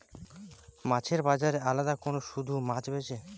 মাছের বাজারে আলাদা কোরে শুধু মাছ বেচে